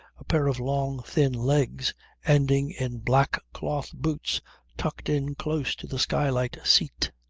a pair of long, thin legs ending in black cloth boots tucked in close to the skylight seat.